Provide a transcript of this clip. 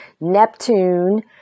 Neptune